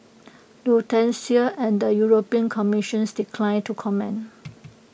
Lufthansa and the european commissions declined to comment